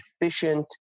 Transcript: efficient